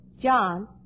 John